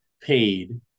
paid